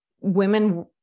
women